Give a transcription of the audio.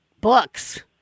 books